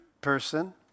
person